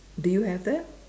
do you have that